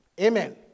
Amen